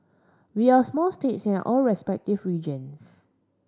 we are small states in our respective regions